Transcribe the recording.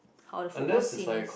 how the football scene is